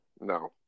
No